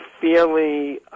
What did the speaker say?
fairly